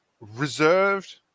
reserved